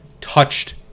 touched